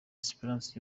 esperance